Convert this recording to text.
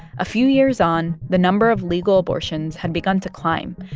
a few years on, the number of legal abortions had begun to climb,